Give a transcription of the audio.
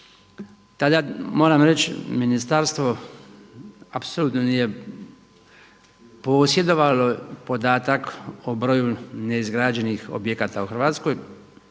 Tada moram reći ministarstvo apsolutno nije posjedovalo podatak o broju neizgrađenih objekata u Hrvatskoj.